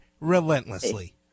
relentlessly